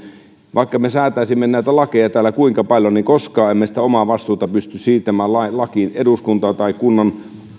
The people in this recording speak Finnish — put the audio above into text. vaikka me me säätäisimme näitä lakeja täällä kuinka paljon niin koskaan emme sitä omaa vastuuta pysty siirtämään lakiin eduskuntaan tai erilaisille kunnan